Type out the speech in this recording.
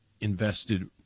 invested